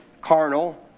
carnal